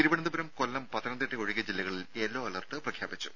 തിരുവനന്തപുരം കൊല്ലം പത്തനംതിട്ട ഒഴികെ ജില്ലകളിൽ yellow alert പ്രഖ്യാപിച്ചു